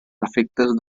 efectes